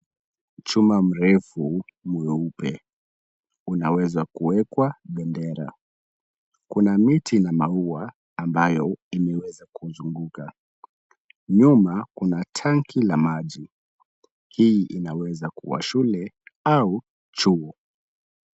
Chuma mrefu mweupe unaweza kuwekwa bendera. Kuna miti na maua ambayo imeweza kuzunguka. Nyuma kuna tanki la maji. Hii inaweza kuwa shule au chuo.